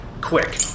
Quick